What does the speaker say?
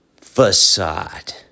facade